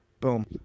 Boom